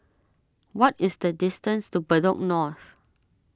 what is the distance to Bedok North